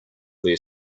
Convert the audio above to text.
their